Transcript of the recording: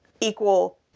equal